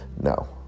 No